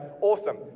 Awesome